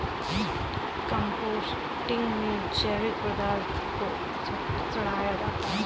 composting में जैविक पदार्थ को सड़ाया जाता है